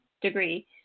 degree